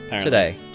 today